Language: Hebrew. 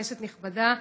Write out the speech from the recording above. כנסת נכבדה,